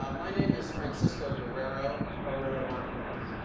ah my name is francisco guerrero. oborloo hochmanks.